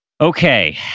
Okay